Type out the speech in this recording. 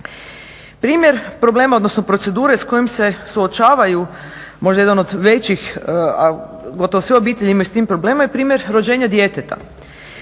Primjer problema, odnosno procedure s kojima se suočavaju možda jedan od većih, a gotovo sve obitelji imaju s tim problema je primjer rođenja djeteta.